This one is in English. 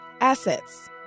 assets